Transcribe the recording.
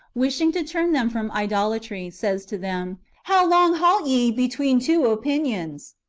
wishing to turn them from idolatry, says to them, how long halt ye between two opinions?